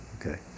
Okay